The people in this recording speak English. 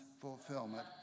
fulfillment